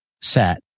set